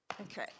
Okay